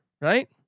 right